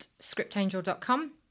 scriptangel.com